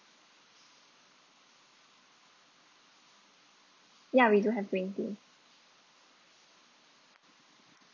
ya we do have green tea